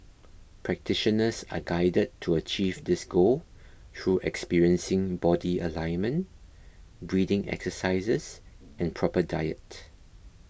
practitioners are guided to achieve this goal through experiencing body alignment breathing exercises and proper diet